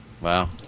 Wow